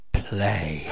play